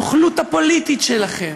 אין גבול לנוכלות הפוליטית שלכם.